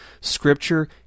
Scripture